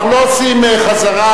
אנחנו לא עושים חזרה,